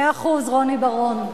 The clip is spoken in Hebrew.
מאה אחוז, רוני בר-און.